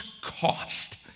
cost